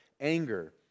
anger